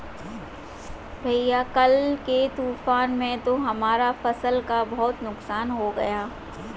भैया कल के तूफान में तो हमारा फसल का बहुत नुकसान हो गया